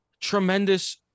tremendous